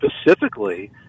specifically